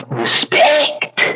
respect